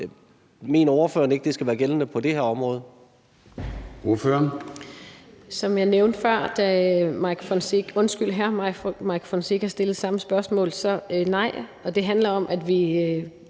Mener ordføreren ikke, at det skal være gældende på det her område?